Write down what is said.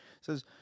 says